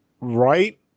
right